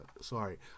sorry